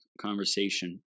conversation